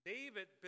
David